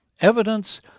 Evidence